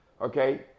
Okay